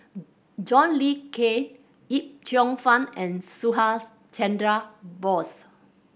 John Le Cain Yip Cheong Fun and Subhas Chandra Bose